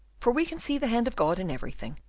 for we can see the hand of god in everything,